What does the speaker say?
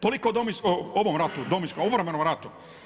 Toliko o ovom ratu, Domovinskom, obrambenom ratu.